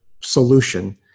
solution